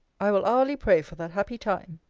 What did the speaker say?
i will hourly pray for that happy time,